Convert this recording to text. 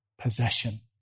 possession